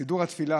בסידור התפילה,